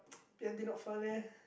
P_F_D not fun leh